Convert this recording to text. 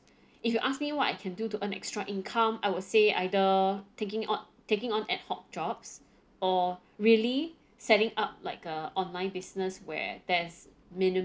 if you ask me what I can do to earn extra income I would say either taking out taking on ad hoc jobs or really setting up like uh online business where there's minimal